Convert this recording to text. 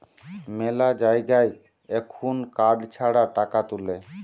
মেলা জায়গায় এখুন কার্ড ছাড়া টাকা তুলে